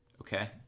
Okay